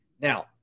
Now